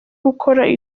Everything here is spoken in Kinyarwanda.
gukora